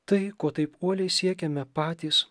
tai ko taip uoliai siekiame patys